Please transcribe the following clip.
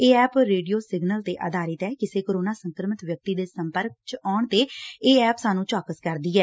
ਇਹ app radio signal ਤੇ ਆਧਾਰਿਤ ਐ ਕਿਸੇ ਕੋਰੋਨਾ ਸੰਕਰਮਿਤ ਵਿਅਕਤੀ ਦੇ ਸੰਪਰਕ ਚ ਆਉਣ ਤੇ ਇਹ ਐਪ ਚੌਕਸ ਕਰਦੀ ਐ